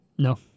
No